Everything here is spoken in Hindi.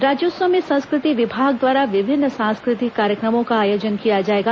राज्योत्सव में संस्कृति विभाग द्वारा विभिन्न सांस्कृतिक कार्यक्रमों का आयोजन किया जाएगा